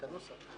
את הנוסח.